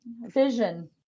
vision